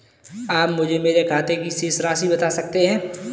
आप मुझे मेरे खाते की शेष राशि बता सकते हैं?